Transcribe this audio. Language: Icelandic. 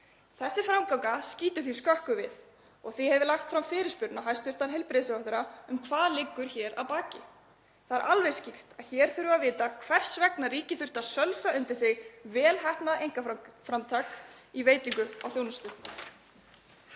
Þessi framganga skýtur því skökku við og því hef ég lagt fram fyrirspurn til hæstv. heilbrigðisráðherra um hvað liggur hér að baki. Það er alveg skýrt að hér þurfum við að vita hvers vegna ríkið þurfti að sölsa undir sig vel heppnað einkaframtak í veitingu á þjónustu.